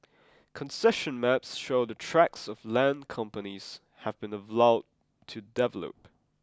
concession maps show the tracts of land companies have been allowed to develop